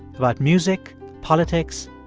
about music, politics,